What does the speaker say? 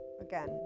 again